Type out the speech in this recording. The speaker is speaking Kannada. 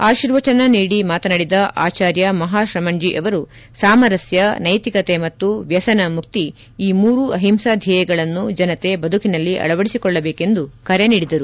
ಆಶೀರ್ವಚನ ನೀಡಿ ಮಾತನಾಡಿದ ಆಚಾರ್ಯ ಮಪಾ ಶ್ರಮಣೇ ಸಾಮರಸ್ಕ ನೈತಿಕತೆ ಮತ್ತು ವ್ಯಸನ ಮುಕ್ತಿ ಈ ಮೂರು ಅಹಿಂಸಾ ಧ್ಯೇಯಗಳನ್ನು ಜನತೆ ಬದುಕಿನಲ್ಲಿ ಅಳವಡಿಸಿಕೊಳ್ಳಬೇಕೆಂದು ಕರೆ ನೀಡಿದರು